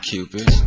Cupid